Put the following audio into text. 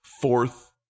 fourth